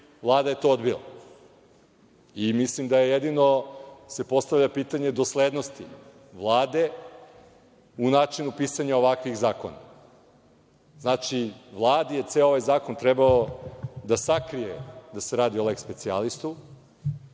Vlada je to odbila. Mislim da se jedino postavlja pitanje doslednosti Vlade u načinu pisanja ovakvih zakona. Znači, Vladi je ceo ovaj zakon trebao da sakrije da se radi o „leks specijalistu“.